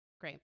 great